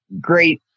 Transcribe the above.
Great